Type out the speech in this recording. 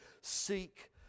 seek